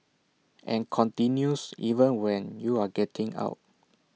and continues even when you're getting out